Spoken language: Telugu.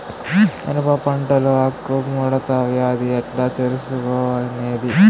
మిరప పంటలో ఆకు ముడత వ్యాధి ఎట్లా తెలుసుకొనేది?